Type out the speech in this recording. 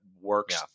works